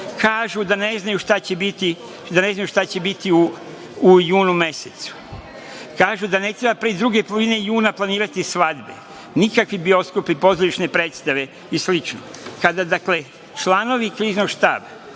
kažu da ne znaju šta će biti u junu mesecu, kažu da ne treba pre druge polovine juna planirati svadbe, nikakvi bioskopi, pozorišne predstave i slično. Kada članovi Kriznog štaba